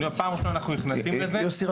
פעם ראשונה אנחנו נכנסים לזה --- יוסי,